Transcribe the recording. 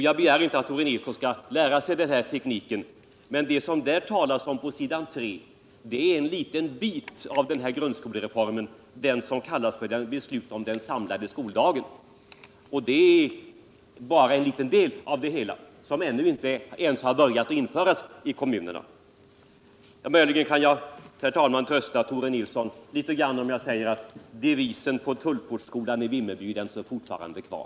Jag begär inte att Tore Nilsson skall lära sig den här tekniken, men det som vi talar om på s. 3 är en liten bit av grundskolereformen, den som kallas Beslut om den samlade skoldagen. Det är bara en liten del av det hela som ännu inte ens börjat införas i kommunerna. Möjligen kan jag, herr talman, trösta Tore Nilsson litet om jag säger att devisen på Tullportsskolan i Vimmerby fortfarande står kvar.